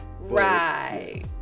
Right